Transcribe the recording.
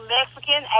Mexican